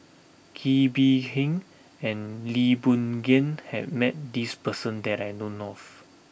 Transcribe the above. Kee Bee Khim and Lee Boon Ngan has met this person that I known of